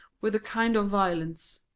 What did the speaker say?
with a kind of violence,